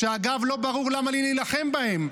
כשאגב לא ברור למה לי להילחם בהם,